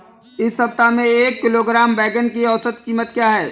इस सप्ताह में एक किलोग्राम बैंगन की औसत क़ीमत क्या है?